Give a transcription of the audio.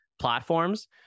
platforms